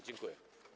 Dziękuję.